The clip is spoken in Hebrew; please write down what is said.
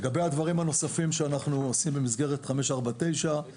לגבי הדברים הנוספים שאנחנו עושים במסגרת 549, א',